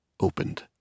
opened